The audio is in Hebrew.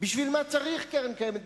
בשביל מה צריך קרן קיימת,